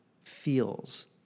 feels